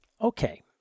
Okay